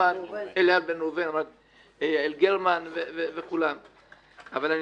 יעל גרמן וכל מי שהיו שותפים.